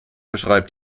beschreibt